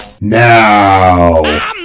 Now